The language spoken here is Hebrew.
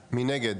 1 נגד,